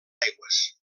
aigües